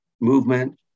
movement